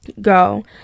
go